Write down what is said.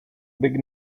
big